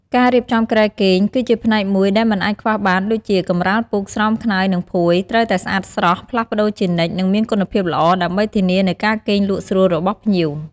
ការរៀបចំគ្រែគេងគឺជាផ្នែកមួយដែលមិនអាចខ្វះបានដូចជា កម្រាលពូក ស្រោមខ្នើយ និងភួយ ត្រូវតែស្អាតស្រស់ ផ្លាស់ប្តូរជានិច្ច និងមានគុណភាពល្អ ដើម្បីធានានូវការគេងលក់ស្រួលរបស់ភ្ញៀវ។